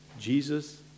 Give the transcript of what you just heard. Jesus